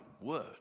word